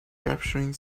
capturing